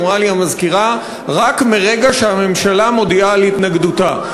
אמרה לי המזכירה: רק מרגע שהממשלה מודיעה על התנגדותה.